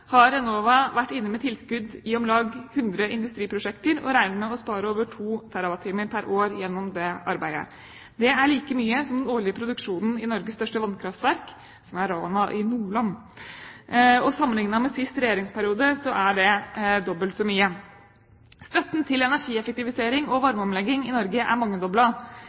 har Enova vært inne med tilskudd i om lag 100 industriprosjekter, og regner med å spare over to terrawattimer pr. år gjennom det arbeidet. Det er like mye som den årlige produksjonen i Norges største vannkraftverk, som er Rana i Nordland. Sammenliknet med siste regjeringsperiode er det dobbelt så mye. Støtten til energieffektivisering og varmeomlegging i Norge er